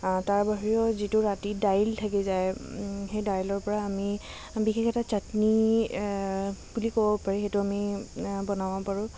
তাৰ বাহিৰেও যিটো ৰাতি দাইল থাকি যায় সেই দাইলৰ পৰা আমি বিশেষ এটা চাটনি বুলি ক'ব পাৰি সেইটো আমি বনাব পাৰোঁ